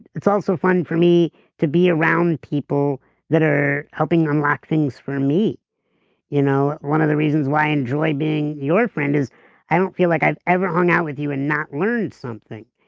it's also fun for me to be around people that are helping unlock things for me you know one of the reasons why i enjoy being your friend is i don't feel like i've ever hung out with you and not learned something,